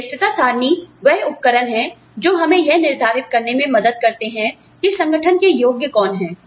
श्रेष्ठता सारणी वह उपकरण है जो हमें यह निर्धारित करने में मदद करते हैं कि संगठन के योग्य कौन हैं